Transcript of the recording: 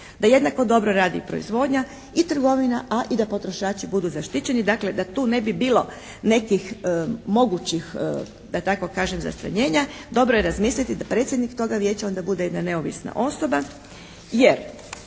da jednako dobro radi proizvodnja i trgovina, a i da potrošači budu zaštićeni, dakle da tu ne bi bilo nekih mogućih da tako kažem zastranjenja, dobro je razmisliti da predsjednik toga Vijeća onda bude jedna neovisna osoba. Jer